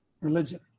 Religion